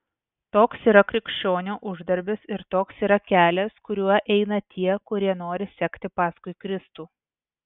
toks yra krikščionio uždarbis ir toks yra kelias kuriuo eina tie kurie nori sekti paskui kristų